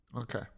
Okay